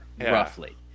Roughly